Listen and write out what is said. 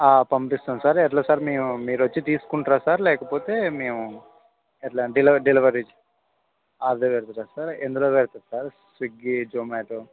పంపిస్తాం సార్ ఎట్లా సార్ మేము మీరు వచ్చి తీసుకుంటరా సార్ లేకపోతే మేము ఎట్లా డెలివ డెలివరీ ఆర్డర్ పెడతారా సార్ ఎందులో పెడతారు సార్ స్విగ్గీ జొమాటో